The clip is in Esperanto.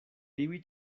tiuj